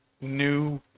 new